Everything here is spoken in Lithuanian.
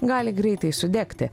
gali greitai sudegti